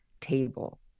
table